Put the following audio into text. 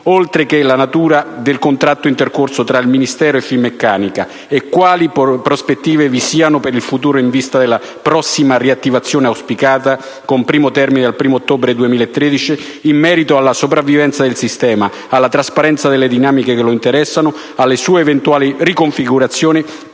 oltre che la natura del contratto intercorso tra il Ministero e Finmeccanica, e quali prospettive vi siano per il futuro in vista della prossima riattivazione auspicata con primo termine al 1° ottobre 2013 in merito alla sopravvivenza del sistema, alla trasparenza delle dinamiche che lo interessano, alle sue eventuali riconfigurazioni,